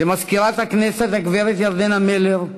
למזכירת הכנסת הגברת ירדנה מלר,